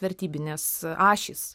vertybinės ašys